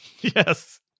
Yes